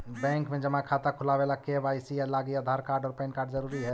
bank में जमा खाता खुलावे ला के.वाइ.सी लागी आधार कार्ड और पैन कार्ड ज़रूरी हई